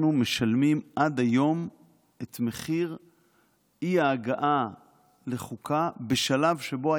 משלמים עד היום את מחיר האי-הגעה לחוקה בשלב שבו,